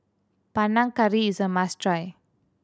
Panang Curry is a must try